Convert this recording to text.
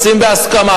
רוצים בהסכמה,